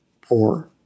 poor